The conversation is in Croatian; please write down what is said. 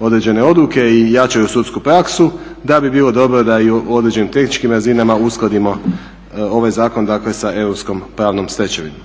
određene odluke i jačaju sudsku praksu da bi bilo dobro da i u određenim tehničkim razinama uskladimo ovaj zakona sa europskom pravnom stečevinom.